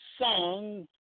song